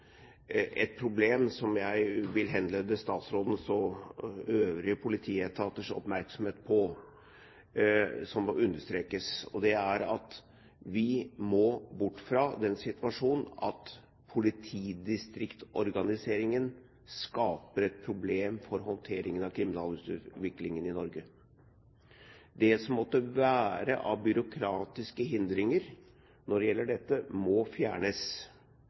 et problem som jeg vil henlede statsrådens og øvrige politietaters oppmerksomhet på, og som må understrekes. Det er at vi må bort fra den situasjonen at politidistriktsorganiseringen skaper et problem for håndteringen av kriminalitetsutviklingen i Norge. Det som måtte være av byråkratiske hindringer når det gjelder dette, må fjernes.